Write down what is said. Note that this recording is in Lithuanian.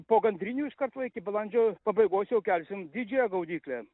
po gandrinių iškart va iki balandžio pabaigos jau kelsim didžiąją gaudyklę